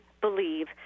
believe